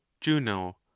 juno